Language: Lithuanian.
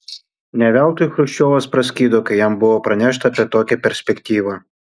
ne veltui chruščiovas praskydo kai jam buvo pranešta apie tokią perspektyvą